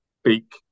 speak